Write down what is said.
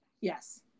Yes